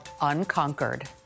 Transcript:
Unconquered